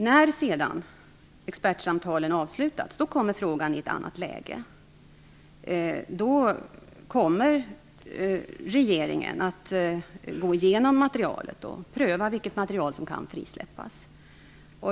När sedan expertsamtalen har avslutats kommer frågan i ett annat läge. Då kommer regeringen att gå igenom materialet och pröva vilket material som kan frisläppas.